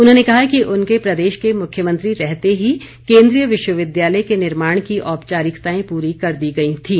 उन्होंने कहा कि उनके प्रदेश के मुख्यमंत्री रहते ही केंद्रीय विश्वविद्यालय के निर्माण की औपचारिकताएं पूरी कर दी गई थीं